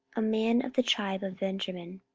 a man of the tribe of benjamin,